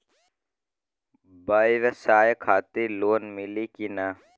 ब्यवसाय खातिर लोन मिली कि ना?